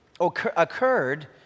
occurred